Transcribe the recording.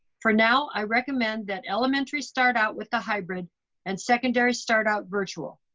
for now, i recommend that elementary start out with the hybrid and secondary start out virtual.